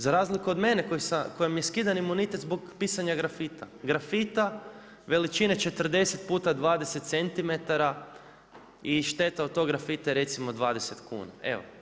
Za razliku od mene, kojem je skidan imunitet zbog pisanja grafita, grafita veličine 40x20 centimetara i šteta od tog grafita je recimo 20 kuna, evo.